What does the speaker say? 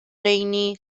rheini